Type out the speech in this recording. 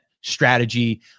strategy